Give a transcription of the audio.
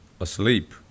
Asleep